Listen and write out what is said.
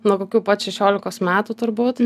nuo kokių pat šešiolikos metų turbūt